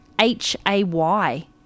H-A-Y